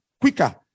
quicker